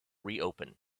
reopen